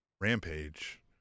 rampage